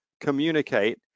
communicate